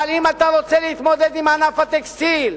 אבל אם אתה רוצה להתמודד עם ענף הטקסטיל,